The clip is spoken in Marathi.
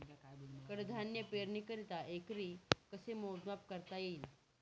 कडधान्य पेरणीकरिता एकरी कसे मोजमाप करता येईल?